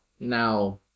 Now